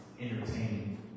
entertaining